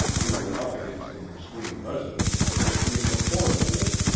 who were up against the mcsween residence, between the port-holes,